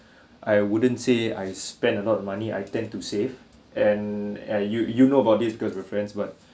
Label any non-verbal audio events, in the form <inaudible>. <breath> I wouldn't say I spend a lot of money I tend to save and eh you you know about this because we're friends but